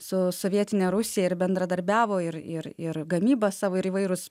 su sovietine rusija ir bendradarbiavo ir ir ir gamybą savo ir įvairūs